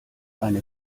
eine